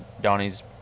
Donnie's